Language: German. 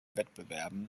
wettbewerben